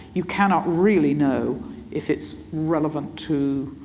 you cannot really know if it's relevant to,